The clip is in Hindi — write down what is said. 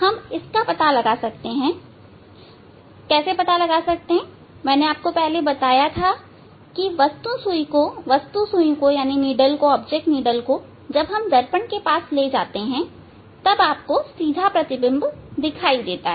हम इसका पता लगा सकते है जैसा कि मैंने आपको बताया था वस्तु सुई को दर्पण के पास ले जाते हैं तब आपको सीधा प्रतिबिंब दिखाई देता है